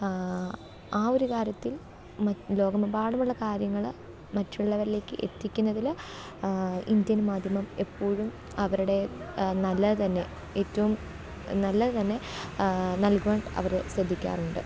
ആ ഒരു കാര്യത്തിൽ ലോകമെമ്പാടുമുള്ള കാര്യങ്ങൾ മറ്റുള്ളവരിലേക്ക് എത്തിക്കുന്നതിൽ ഇന്ത്യൻ മാധ്യമം എപ്പോഴും അവരുടെ നല്ലതുതന്നെ ഏറ്റവും നല്ലതു തന്നെ നൽകുവാൻ അവർ ശ്രദ്ധിക്കാറുണ്ട്